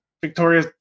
Victoria